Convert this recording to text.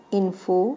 info